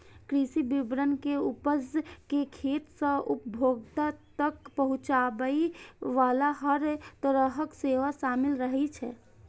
कृषि विपणन मे उपज कें खेत सं उपभोक्ता तक पहुंचाबे बला हर तरहक सेवा शामिल रहै छै